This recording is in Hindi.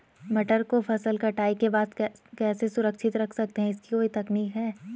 मटर को फसल कटाई के बाद कैसे सुरक्षित रख सकते हैं इसकी कोई तकनीक है?